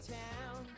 town